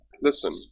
listen